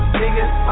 niggas